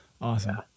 Awesome